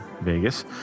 Vegas